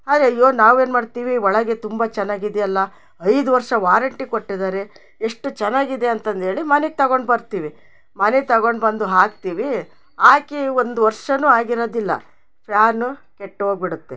ಆರೇ ಅಯ್ಯೋ ನಾವೇನು ಮಾಡ್ತೀವಿ ಒಳಗೆ ತುಂಬಾ ಚೆನ್ನಾಗಿದ್ಯಲ್ಲ ಐದು ವರ್ಷ ವಾರಂಟಿ ಕೊಟ್ಟಿದ್ದಾರೆ ಎಷ್ಟು ಚೆನ್ನಾಗಿದೆ ಅಂತಂದು ಹೇಳಿ ಮನೆಗೆ ತಗೊಂಡು ಬರ್ತೀವಿ ಮನೆಗೆ ತಗೊಂಡು ಬಂದು ಹಾಕ್ತೀವಿ ಆಕಿ ಒಂದು ವರ್ಷನೂ ಆಗಿರದಿಲ್ಲ ಫ್ಯಾನು ಕೆಟ್ಟು ಹೋಗ್ಬಿಡತ್ತೆ